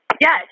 Yes